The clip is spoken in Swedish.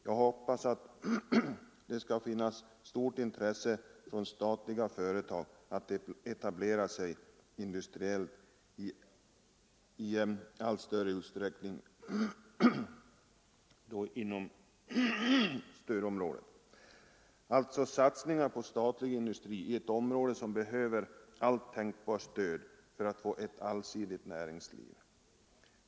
Jag hoppas att det skall finnas stort intresse från statliga företag att i allt större utsträckning etablera sig industriellt inom stödområdet, alltså satsningar på statliga industrier i ett område som behöver allt tänkbart stöd för att få ett allsidigt näringsliv.